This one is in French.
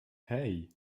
hey